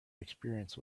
experience